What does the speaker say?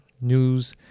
news